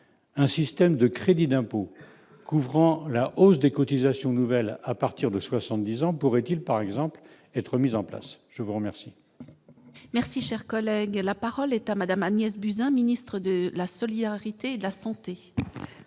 un système de crédit d'impôt couvrant la hausse des cotisations nouvelles à partir de 70 ans pourrait-il par exemple être mise en place, je vous remercie. Merci, cher collègue, la parole est à Madame Agnès Buzyn, ministre de la solidarité, de la santé.